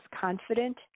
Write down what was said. confident